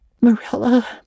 Marilla